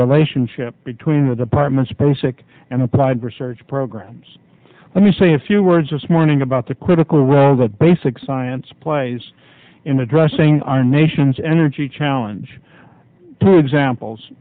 relationship between the departments post sick and applied research programs let me say a few words this morning about the critical role that basic science plays in addressing our nation's energy challenge two examples